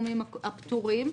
לסכומים הפטורים,